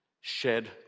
shed